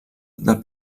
del